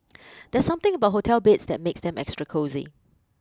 there's something about hotel beds that makes them extra cosy